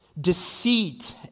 deceit